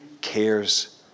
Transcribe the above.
cares